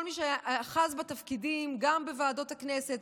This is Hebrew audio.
כל מי שאחזו בתפקידים גם בוועדות הכנסת,